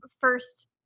first